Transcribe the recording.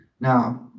Now